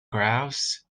graphs